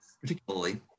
particularly